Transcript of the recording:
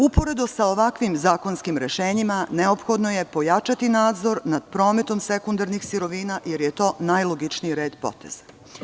Uporedo sa ovakvim zakonskim rešenjima neophodno je pojačati nadzor nad prometom sekundarnih sirovina, jer je to najlogičniji red poteza.